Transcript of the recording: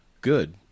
good